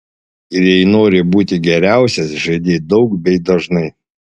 ir jei nori būti geriausias žaidi daug bei dažnai